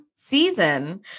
season